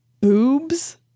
boobs